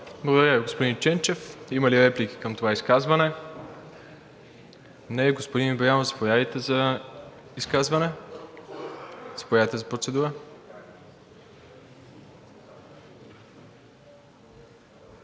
Благодаря, господин Ченчев. Има ли реплики към това изказване? Не. Господин Ибрямов, заповядайте за изказване. (Реплики.) Заповядайте за процедура.